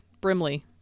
Brimley